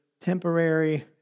temporary